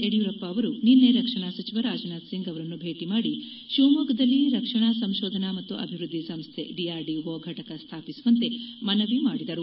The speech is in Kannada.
ಯಡಿಯೂರಪ್ಪ ಅವರು ನಿನ್ನೆ ರಕ್ಷಣಾ ಸಚಿವ ರಾಜನಾಥ್ಸಿಂಗ್ ಅವರನ್ನು ಭೇಟಿ ಮಾಡಿ ಶಿವಮೊಗ್ಗದಲ್ಲಿ ರಕ್ಷಣಾ ಸಂಶೋಧನಾ ಮತ್ತು ಅಭಿವೃದ್ದಿ ಸಂಸ್ ಡಿಆರ್ಡಿಒ ಫಟಕ ಸ್ವಾಪಿಸುವಂತೆ ಮನವಿ ಮಾಡಿದರು